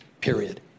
Period